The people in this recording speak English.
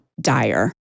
dire